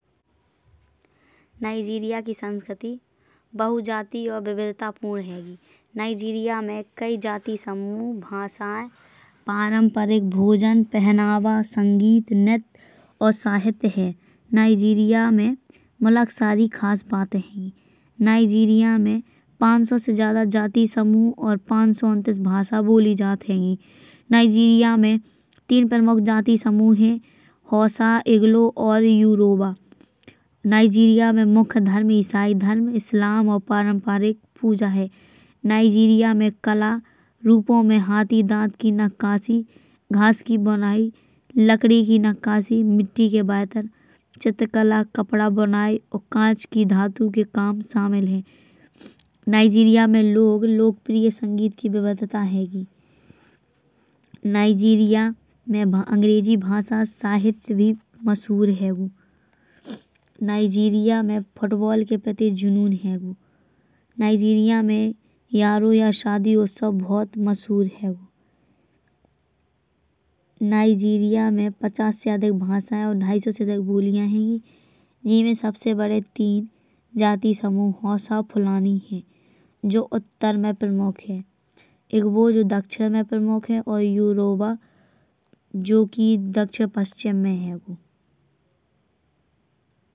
नाईजीरिया की संस्कृति बहुजातीय और विविधतापूर्ण हैंगी। नाईजीरिया में कई जातीय समूह भाषाएं परंपरिक भोजन पहनावा संगीत नृत्य और साहित्य है। नाईजीरिया में मुलाक सारी खास बात हैंगी। नाईजीरिया में पाँच सौ से ज्यादा जाति समूह और पाँच सौ उनतीस भाषा बोली जात हैंगी। नाईजीरिया में तीन प्रमुख जाति समूह है हौसा इग्लू और उरोवा। नाईजीरिया में मुख्य धर्म इसाई धर्म इस्लाम और परंपरिक पूजा है। नाईजीरिया में कला रूपों में हाथी दांत की नक्काशी घास की बुनाई। लकड़ी की नक़्क़ाशी मिट्टी के बर्तन चित्रकला कपड़ा बुनाई और काँच की धातु के काम शामिल है। नाईजीरिया में लोग लोकप्रिय संगीत की विविधता हैंगी। नाईजीरिया में अंग्रेजी भाषा साहित्य भी मशहूर हैंगो। नाईजीरिया में फुटबॉल के प्रति जुनून हैंगो। नाईजीरिया में यारो या शादी उत्सव बहुत मशहूर हैंगो। नाईजीरिया में पचास से अधिक भाषा और ढाई सौ से अधिक बोलियाँ हैंगी। जीमे सबसे बड़े तीन जाति समूह हौसा फुलानी है जो उत्तर में प्रमुख है। इग्लू जो दक्षिण में प्रमुख है और उरोवा जोकि दक्षिण पश्चिम में हैंगो।